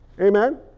Amen